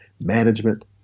management